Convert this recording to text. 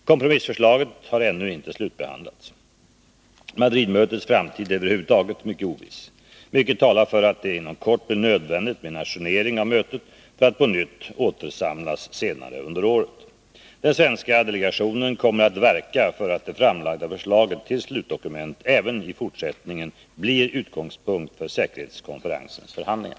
Kompromissförslaget har ännu inte kunnat sakbehandlas. Madridmötets framtid är över huvud taget mycket oviss. Mycket talar för att det inom kort blir nödvändigt att ajournera mötet för att på nytt återsamlas senare under året. Den svenska delegationen kommer att verka för att det framlagda förslaget till slutdokument även i fortsättningen blir utgångspunkt för säkerhetskonferensens förhandlingar.